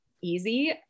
easy